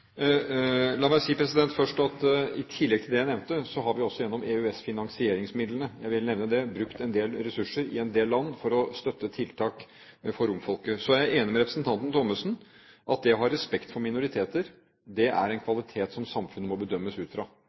La meg si først at i tillegg til det jeg nevnte, har vi også gjennom EØS-finansieringsmidlene – jeg vil nevne det – brukt en del ressurser i en del land for å støtte tiltak for romfolket. Så er jeg enig med representanten Thommessen i at det å ha respekt for minoriteter er en kvalitet som samfunnet må bedømmes ut fra